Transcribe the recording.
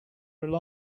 rely